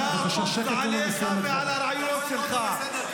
אתה תומך טרור.